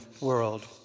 world